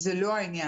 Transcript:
זה לא העניין.